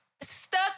stuck